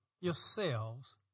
yourselves